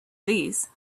these